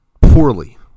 poorly